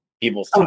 people